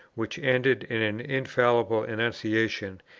which ended in an infallible enunciation,